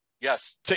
yes